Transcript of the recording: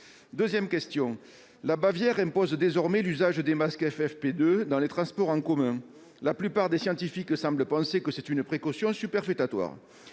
Deuxièmement, la Bavière impose désormais l'usage des masques FFP2 dans les transports en commun. La plupart des scientifiques semblent penser que c'est une précaution superfétatoire.